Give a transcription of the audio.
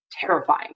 terrifying